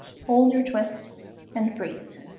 hold your twist and breathe